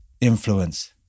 influence